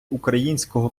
українського